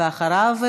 ואחריו,